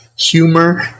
Humor